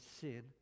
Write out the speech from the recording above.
sin